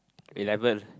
eleven